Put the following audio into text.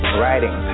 writing